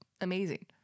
amazing